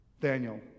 Daniel